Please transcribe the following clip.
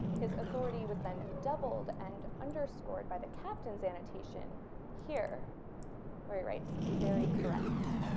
his authority was then doubled and underscored by the captain's annotation here where he writes very correct.